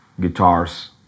guitars